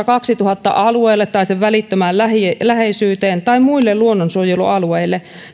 kaksituhatta alueelle tai sen välittömään läheisyyteen tai muille luonnonsuojelualueille